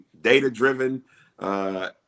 Data-driven